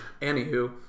anywho